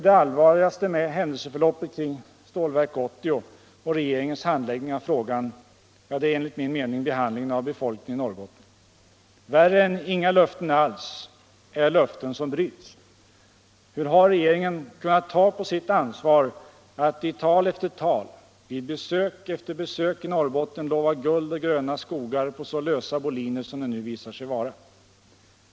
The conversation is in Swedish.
Det allvarligaste med händelseförloppet kring Stålverk 80 och regeringens handläggning av frågan är därför enligt min mening behandlingen av befolkningen i Norrbotten. Värre än inga löften alls, är löften som bryts. Hur har regeringen kunnat ta på sitt ansvar att i tal efter tal, vid besök efter besök i Norrbotten lova guld och gröna skogar på så lösa boliner som det nu visat sig vara?